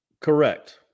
Correct